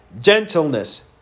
gentleness